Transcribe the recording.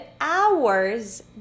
hours